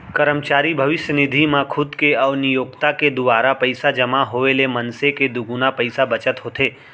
करमचारी भविस्य निधि म खुद के अउ नियोक्ता के दुवारा पइसा जमा होए ले मनसे के दुगुना पइसा बचत होथे